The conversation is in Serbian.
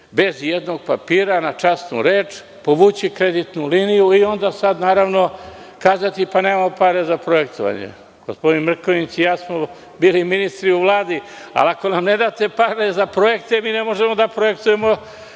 bez ijednog papira, na časnu reč, povući kreditnu liniju i onda kazati – nemamo pare za projektovanje. Gospodin Mrkonjić i ja smo bili ministri u Vladi, ali ako nam ne date pare za projekte, mi ne možemo da projektujemo.